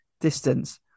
distance